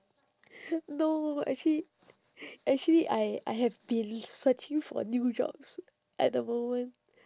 no actually actually I I have been searching for new jobs at the moment